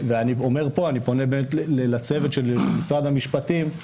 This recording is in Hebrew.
אני פונה לצוות של משרד המשפטים.